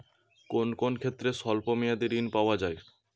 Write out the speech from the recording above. কোন কোন ক্ষেত্রে স্বল্প মেয়াদি ঋণ পাওয়া যায়?